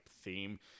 theme